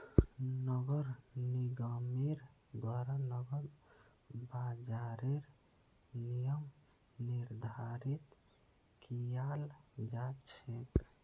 नगर निगमेर द्वारा नकद बाजारेर नियम निर्धारित कियाल जा छेक